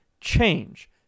change